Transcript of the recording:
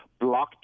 blockchain